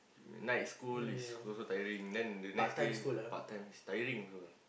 night school is also tiring then the next day part time is tiring also ah